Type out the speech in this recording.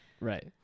right